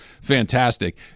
fantastic